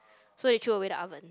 so you threw away the oven